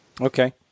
Okay